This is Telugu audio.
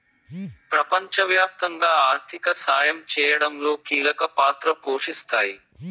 ప్రపంచవ్యాప్తంగా ఆర్థిక సాయం చేయడంలో కీలక పాత్ర పోషిస్తాయి